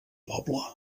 poble